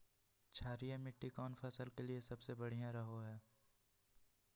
क्षारीय मिट्टी कौन फसल के लिए सबसे बढ़िया रहो हय?